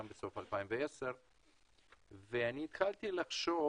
גם בסוף 2010 והתחלתי לחשוב,